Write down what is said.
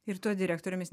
ir tuo direktorium jis